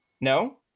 no